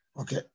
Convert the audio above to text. okay